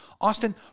Austin